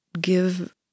give